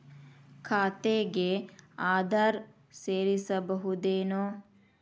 ಖಾತೆಗೆ ಆಧಾರ್ ಸೇರಿಸಬಹುದೇನೂ?